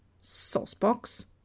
sauce-box